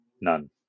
None